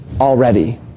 already